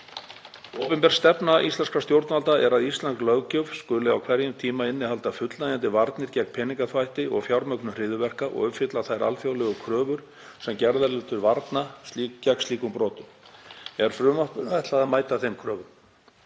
er að íslensk löggjöf skuli á hverjum tíma innihalda fullnægjandi varnir gegn peningaþvætti og fjármögnun hryðjuverka og uppfylla þær alþjóðlegu kröfur sem gerðar eru til varna gegn slíkum brotum. Er frumvarpinu ætlað að mæta þeim kröfum.